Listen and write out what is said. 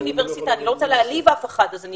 אוניברסיטה - אני לא רוצה להעליב אף אחת ולכן